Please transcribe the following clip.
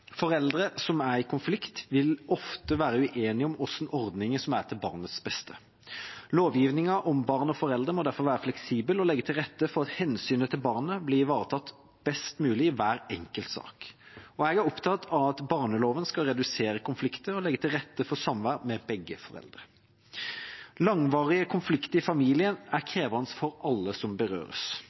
Foreldre som er i konflikt, vil ofte være uenige om hvilke ordninger som er til barnets beste. Lovgivningen om barn og foreldre må derfor være fleksibel og legge til rette for at hensynet til barnet blir ivaretatt best mulig i hver enkelt sak. Jeg er opptatt av at barneloven skal redusere konflikter og legge til rette for samvær med begge foreldre. Langvarig konflikt i familien er krevende for alle som berøres.